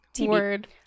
Word